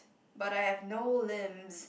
but I have no limbs